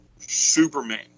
Superman